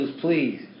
please